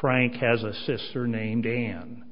frank has a sister named dan